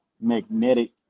magnetic